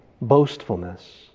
boastfulness